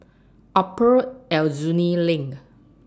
Upper Aljunied LINK